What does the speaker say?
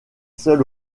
seul